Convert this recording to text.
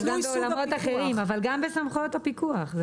זה מעולמות אחרים אבל גם בסמכויות הפיקוח.